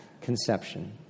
conception